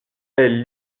elle